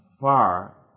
far